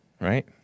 right